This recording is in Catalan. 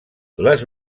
les